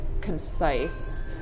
concise